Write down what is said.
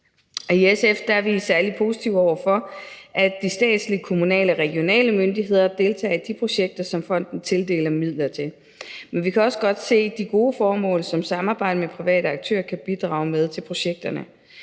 I SF er vi særlig positive over for, at de statslige, kommunale og regionale myndigheder deltager i de projekter, som fonden tildeler midler til. Men vi kan også godt se de gode formål, som et samarbejde med private aktører kan bidrage med til projekterne.